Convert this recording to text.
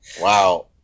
Wow